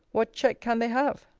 what check can they have?